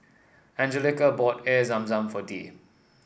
Anjelica bought Air Zam Zam for Dee